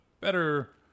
better